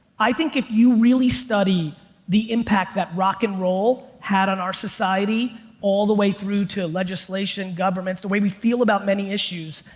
i think if you really study the impact that rock and roll had on our society all the way through to legislation, governments, the way we feel about many issues,